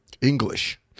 English